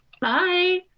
Bye